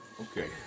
Okay